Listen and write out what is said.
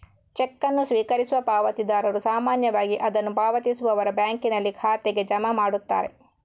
check ಅನ್ನು ಸ್ವೀಕರಿಸುವ ಪಾವತಿದಾರರು ಸಾಮಾನ್ಯವಾಗಿ ಅದನ್ನು ಪಾವತಿಸುವವರ ಬ್ಯಾಂಕಿನಲ್ಲಿ ಖಾತೆಗೆ ಜಮಾ ಮಾಡುತ್ತಾರೆ